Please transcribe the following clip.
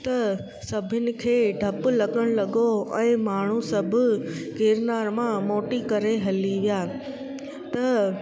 त सभिनि खे डप लॻण लॻो ऐं माण्हू सभु गिरनार मां मोटी करे हली विया त